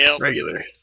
Regular